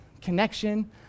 connection